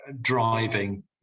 driving